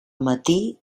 matí